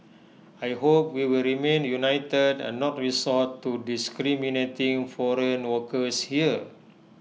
I hope we will remain united and not resort to discriminating foreign workers here